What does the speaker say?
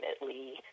ultimately